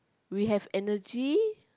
we have energy